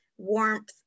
warmth